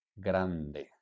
GRANDE